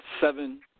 seven